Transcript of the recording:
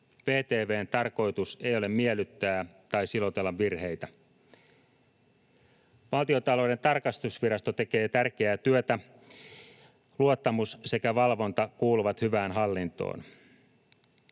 VTV:n tarkoitus ei ole miellyttää tai silotella virheitä. Valtiontalouden tarkastusvirasto tekee tärkeää työtä. Luottamus sekä valvonta kuuluvat hyvään hallintoon.